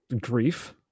Grief